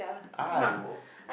I will